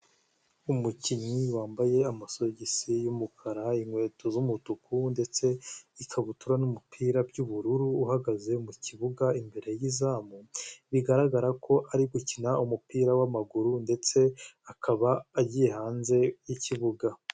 Umukinnyi wambaye amasogisi y'umukara, inkweto z'umutuku ndetse n'ikabutura n'umupira by'ubururu uhagaze mu kibuga imbere yi'izamu, bigaragara ko ari gukina umupira w'amaguru ndetse akaba agiye hanze y'ikibuga.